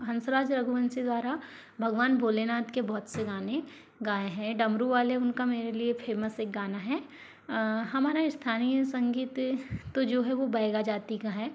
हंसराज रघुवंशी द्वारा भगवान भोलेनाथ के बहुत से गाने गाएं हैं डमरू वाले उनका मेरे लिए फेमस एक गाना है हमारा स्थानीय संगीत तो जो है वो बैगा जाति का है